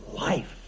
life